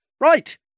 Right